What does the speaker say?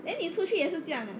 then 你出去也是这样啊